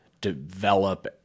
develop